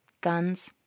Guns